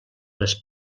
les